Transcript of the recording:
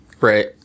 Right